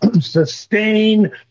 sustain